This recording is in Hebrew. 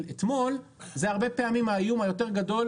אתמול זה הרבה פעמים האיום היותר גדול,